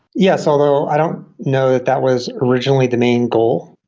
yes, although i don't know that that was originally the main goal.